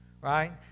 right